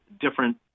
different